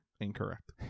incorrect